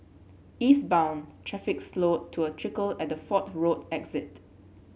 eastbound traffic slowed to a trickle at the Fort Road exit